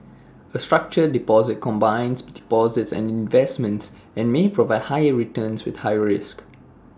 A structured deposit combines deposits and investments and may provide higher returns with higher risks